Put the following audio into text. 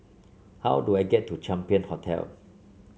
how do I get to Champion Hotel